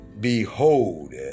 behold